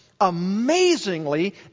amazingly